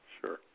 sure